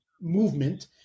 movement